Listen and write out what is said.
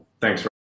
Thanks